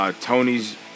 Tony's